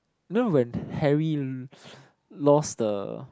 you know when Harry lost the